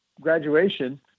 graduation